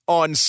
on